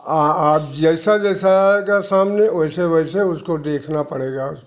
अब आप जैसा जैसा आएगा सामने वैसे वैसे उसको देखना पड़ेगा उसको